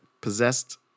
possessed